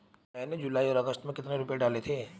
मैंने जुलाई और अगस्त में कितने रुपये डाले थे?